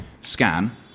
scan